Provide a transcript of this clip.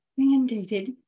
mandated